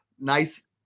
nice